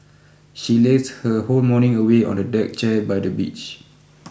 she lazed her whole morning away on a deck chair by the beach